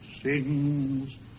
sings